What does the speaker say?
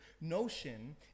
notion